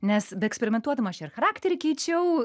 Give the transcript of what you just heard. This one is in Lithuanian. nes beeksperimentuodama aš ir charakterį keičiau